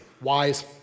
wise